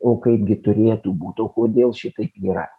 o kaipgi turėtų būt o kodėl šitaip yra